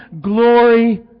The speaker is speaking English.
glory